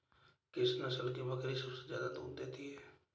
किस नस्ल की बकरी सबसे ज्यादा दूध देती है?